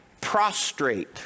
prostrate